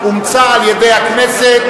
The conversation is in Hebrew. אומצה על-ידי הכנסת